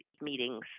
meetings